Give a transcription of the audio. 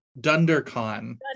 Dundercon